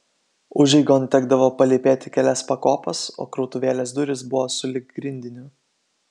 užeigon tekdavo palypėti kelias pakopas o krautuvėlės durys buvo sulig grindiniu